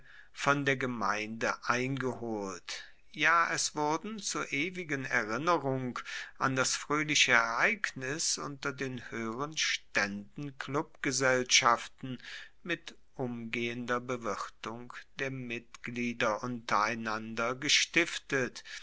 von der gemeinde eingeholt ja es wurden zur ewigen erinnerung an das froehliche ereignis unter den hoeheren staenden klubgesellschaften mit umgehender bewirtung der mitglieder untereinander gestiftet